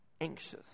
anxious